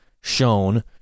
shown